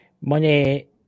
Money